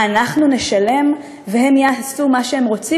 מה, אנחנו נשלם והם יעשו מה שהם רוצים?